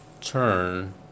turn